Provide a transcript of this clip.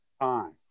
time